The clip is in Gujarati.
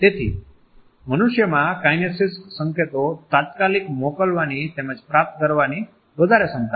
તેથી મનુષ્યમાં કાઈનેસીક્સ સંકેતો તાત્કાલિક મોકલવાની તેમજ પ્રાપ્ત કરવાની વધારે ક્ષમતા છે